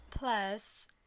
Plus